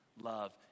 love